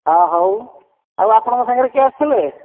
ହଁ ହେଉ ଆଉ ଆପଣଙ୍କ ସାଙ୍ଗରେ କିଏ ଆସିଥିଲେ